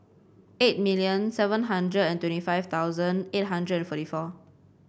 eight million seven hundred and twenty five thousand eight hundred and forty four